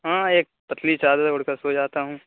ہاں ہاں ایک پتلی چادر اوڑھ کر سو جاتا ہوں